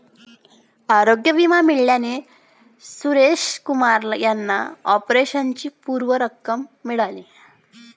आरोग्य विमा मिळाल्याने सुरेश कुमार यांना ऑपरेशनची पूर्ण रक्कम मिळाली